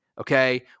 okay